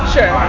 Sure